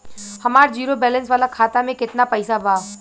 हमार zero balance वाला खाता में केतना पईसा बा?